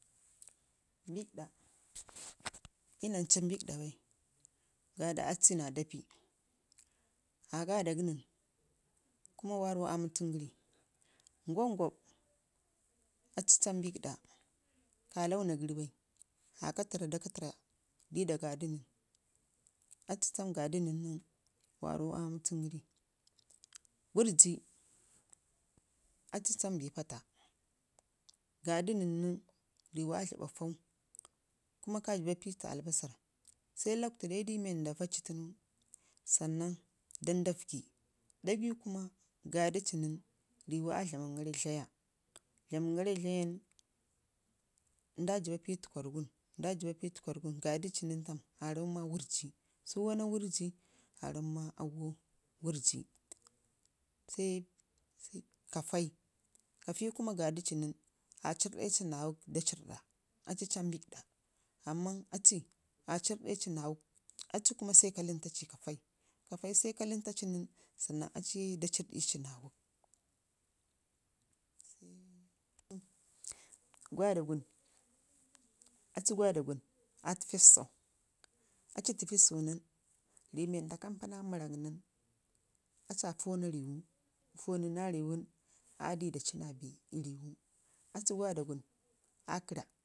Mbikɗa iyu nancu mɓikɗa bai gaaɗa aci na daafi aa gaada gə nən kuma warrau aa mətəngəri. Ngob ngob aci cam mbikɗa, ka launa gəri bai aa katərra da katərra dayi da gaadi nən, aci cam gaadi nən nən warrau aa mətəngəri wərrji aci cam bik paata gaadi nən nən riiwu aa dlaɓa fau kuma ka dəbba pii albasarr sai lockurta dai dai wanda vaaci tən nən san nan dan da vəggi dagai kuma gaada ci nən riiwu aa dlamangara ii dlaya dlamungara ii dlaya nən, nda jibba piifu kwarrgun, nda jibba piifu kwarrgun gaadi ci nən tam aa rammaci ma wərrji, suwanna wərrji aa ramau ma auwo wərrji, se se kafai kafi kwona gaadi ci nən aa cərrde ci naawək da cərrɗa aci, cam mbikɗa amman aci, aa cərrɗe ci naa wək, aci kum sai ka ləntaci kafai, kafai kuma sai ka lantaci nən san nan aci da cərrɗi naqulək sai gaada gun aci gwada gun aa təfe ii sussau aci fəfi sussu nən bee wanda kawpaa naa mərak nən aci aa foona riwu foonuna riwun aya dayi da ci naa biwu aci gwadagun aa karra.